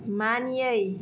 मानियै